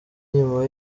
nyuma